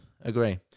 Agree